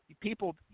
people